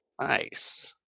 Nice